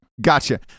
Gotcha